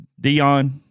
Dion